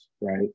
right